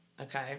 Okay